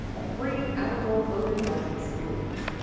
a free, outdoor, urban art experience.